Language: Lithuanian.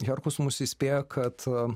herkus mus įspėja kad